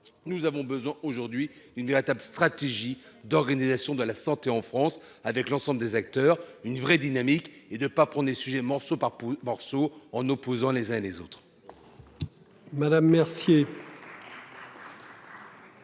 Nous avons besoin aujourd'hui, une véritable stratégie d'organisation de la santé en France avec l'ensemble des acteurs, une vraie dynamique et de pas prendre les sujets morceau par morceaux, en opposant les uns et les autres.